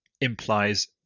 implies